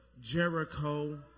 Jericho